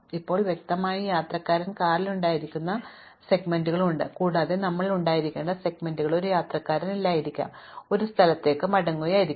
ഇപ്പോൾ വ്യക്തമായും യാത്രക്കാരൻ കാറിലുണ്ടായിരുന്ന സെഗ്മെന്റുകളുണ്ട് കൂടാതെ ഞങ്ങൾ ഉണ്ടായിരിക്കേണ്ട സെഗ്മെന്റുകളും ഒരു യാത്രക്കാരൻ ഇല്ലായിരിക്കാം അയാൾ ഒരു സ്ഥലത്തേക്ക് മടങ്ങുകയായിരിക്കാം